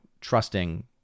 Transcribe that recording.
trusting